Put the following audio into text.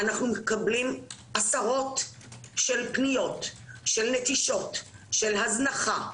אנחנו מקבלים עשרות של פניות של נטישות, של הזנחה,